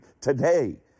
today